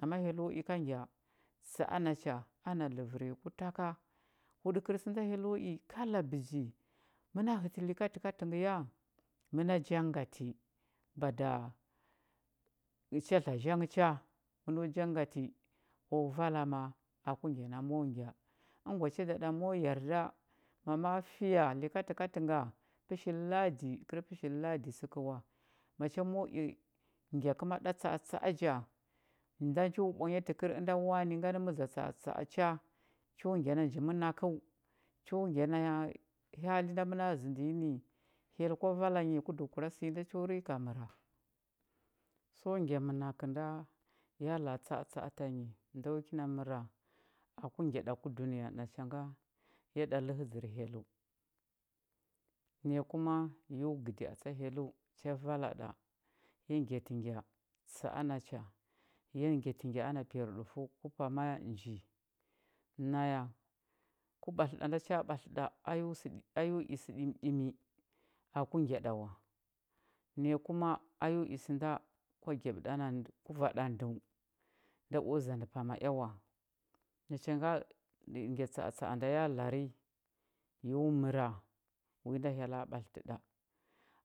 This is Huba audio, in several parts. Ama hyello i ka ngya tsa a na cha ana ləvər nyi ku ta ka huɗəkər sə nda hyello i kala bəji məna hətə likatəkatə ngə ya məna jangati bada chadla zhang cha məno jangati o vala ma ku ngya nda mo ngya əngwa cha da ɗa mo yarda ma ma fiya likatəkatə nga pəshir ladi kəl pəshir ladi səkəi wa macha mo i ngya kəma ɗa tsa atsa a ja nda njo ɓwanya təkəri ənda wani ngani məza tsa atsa a cha cho ngya na nji mənakəu cho ngya na hali nda məna zəndə yi ni hyell kwa vala nyi ku dəhəkura sə yi da cho rika məra so ngya mənakə nda ya la a tsa atsa a tanyi ndo kina məra aku ngya dunəya ya ɗa ləhə dzər hyelləu naya kuma yo gədi a tsa hyelləu cha valaɗa ya ngyatə nya tsa a nacha ya ngyatə ngya ana piyarɗufəu ku pama nji naya ku ɓatlə ɗa nda cha ɓatlə ɗa a yo səɓi a yo i sə ɗimiɗimi aku nya ɗa wa naya kuma a yo i sə nda kwa ngyaɓə na ndə kuvaɗa ndəu nda o zandə pama ea wa nacha ngə ngya tsa atsa a da ya lari yo məra wi nda hyella ɓatlətə ɗa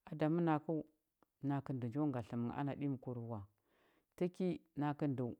a da mənakəu nakə ndəu njo nga tləmə nghə ana ɗimikur wa tiki nakə ndəu,